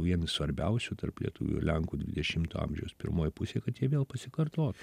vieni svarbiausių tarp lietuvių ir lenkų dvidešimto amžiaus pirmoj pusėj kad jie vėl pasikartotų